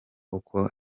uko